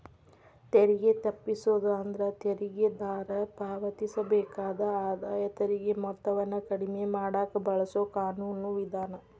ತೆರಿಗೆ ತಪ್ಪಿಸೋದು ಅಂದ್ರ ತೆರಿಗೆದಾರ ಪಾವತಿಸಬೇಕಾದ ಆದಾಯ ತೆರಿಗೆ ಮೊತ್ತವನ್ನ ಕಡಿಮೆ ಮಾಡಕ ಬಳಸೊ ಕಾನೂನು ವಿಧಾನ